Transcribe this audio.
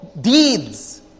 deeds